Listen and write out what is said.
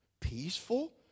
Peaceful